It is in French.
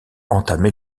entamé